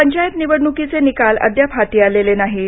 पंचायत निवडणुकीचे निकाल अद्याप हाती आलेले नाहीत